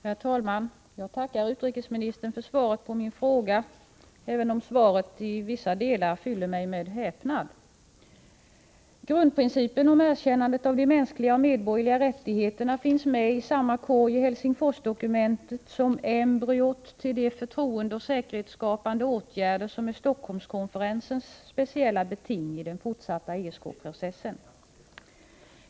Herr talman! Jag tackar utrikesministern för svaret på min fråga även om det i vissa delar fyller mig med häpnad. Grundprinciperna om erkännandet av de mänskliga och medborgerliga rättigheterna finns med i samma korg i Helsingforsdokumentet som embryot till de förtroendeoch säkerhetsskapande åtgärder som är Stockholmskonferensens speciella beting i den fortsatta ESK-processen.